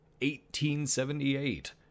1878